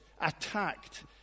attacked